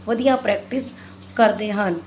ਵਧੀਆ ਪ੍ਰੈਕਟਿਸ ਕਰਦੇ ਹਨ